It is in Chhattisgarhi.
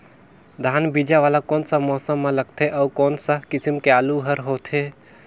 धान बीजा वाला कोन सा मौसम म लगथे अउ कोन सा किसम के आलू हर होथे?